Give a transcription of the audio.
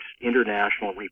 international